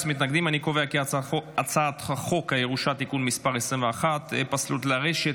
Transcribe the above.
ההצעה להעביר את הצעת חוק הירושה (תיקון מס' 21) (פסלות לרשת),